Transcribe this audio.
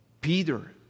Peter